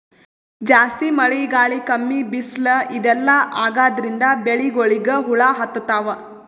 ಜಾಸ್ತಿ ಮಳಿ ಗಾಳಿ ಕಮ್ಮಿ ಬಿಸ್ಲ್ ಇದೆಲ್ಲಾ ಆಗಾದ್ರಿಂದ್ ಬೆಳಿಗೊಳಿಗ್ ಹುಳಾ ಹತ್ತತಾವ್